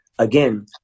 Again